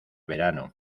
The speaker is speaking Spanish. verano